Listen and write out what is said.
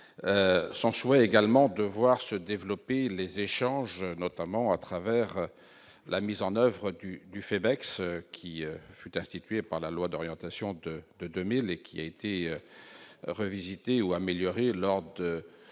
son souhait également de voir se développer les échanges, notamment à travers la mise en oeuvre du du fait Bex qui fut instituée par la loi d'orientation de de 2000 et qui a été revisité ou améliorer lors de